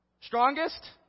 Strongest